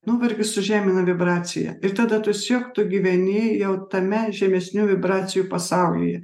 nuovargis sužemina vibraciją ir tada tiesiog tu gyveni jau tame žemesnių vibracijų pasaulyje